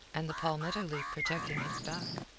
and the palmetto leaf protecting his back.